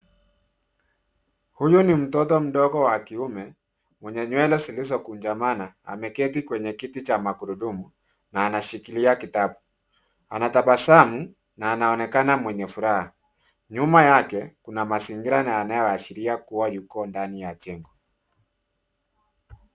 Huyu ni mtoto mdogo wa kiume, mwenye nywele zilizokunjamana. Ameketi kwenye kiti cha magurudumu, na anashikila kitabu. Anatabasamu, na anaonekana mwenye furaha. Nyuma yake kuna mazingira yanayohashiria kua yuko ndani ya jengo.